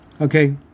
Okay